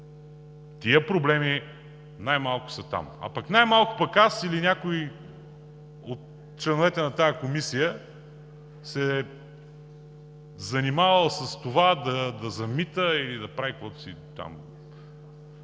тия проблеми най-малко са там, а най-малко аз или някой от членовете на тази комисия се е занимавал с това да замита или да прави каквото